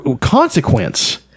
Consequence